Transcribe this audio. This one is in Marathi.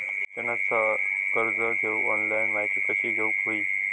शिक्षणाचा कर्ज घेऊक ऑनलाइन माहिती कशी घेऊक हवी?